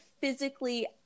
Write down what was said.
physically